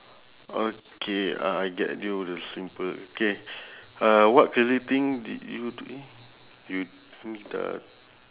okay I get you the simple K uh what crazy thing did you do eh you do dah